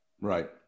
Right